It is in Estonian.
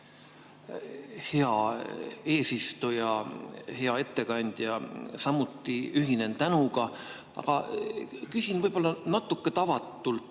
Hea eesistuja! Hea ettekandja! Ma samuti ühinen tänuga, aga küsin võib-olla natuke tavatult.